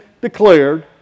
declared